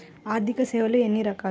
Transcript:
ఆర్థిక సేవలు ఎన్ని రకాలు?